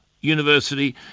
University